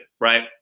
right